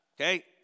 Okay